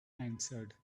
answered